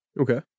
Okay